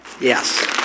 Yes